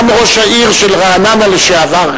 גם ראש העיר של רעננה לשעבר,